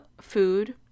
food